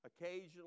occasionally